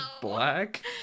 black